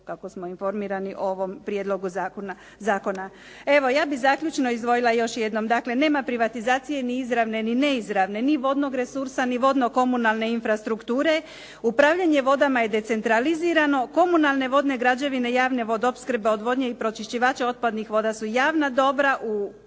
kako smo informirani o ovom prijedlogu zakona. Evo ja bih zaključno izdvojila još jednom. Dakle, nema privatizacije ni izravne ni neizravne, ni vodnog resursa ni vodno-komunalne infrastrukture, upravljanje vodama je decentralizirano. Komunalne vodne građevine javne vodoopskrbe, odvodnje i pročišćivaća otpadnih voda su javna dobra u